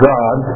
God